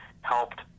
helped